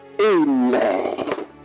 Amen